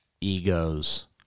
egos